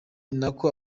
nako